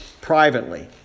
privately